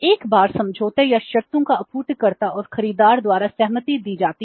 एक बार समझौते या शर्तों को आपूर्तिकर्ता और खरीदार द्वारा सहमति दी जाती है